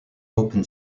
open